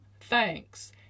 thanks